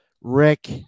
Rick